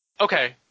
Okay